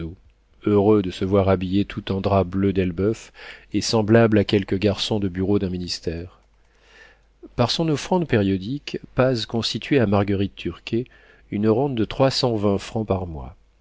heureux de se voir habillé tout en drap bleu d'elbeuf et semblable à quelque garçon de bureau d'un ministère par son offrande périodique paz constituait à marguerite turquet une rente de trois cent vingt francs par mois